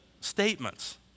statements